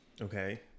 Okay